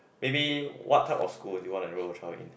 maybe what type of school you want enroll your child in